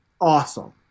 awesome